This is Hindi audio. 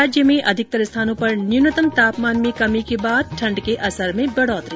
प्रदेश में अधिकतर स्थानों पर न्यूनतम तापमान में कमी के बाद ठंड के असर में बढ़ोतरी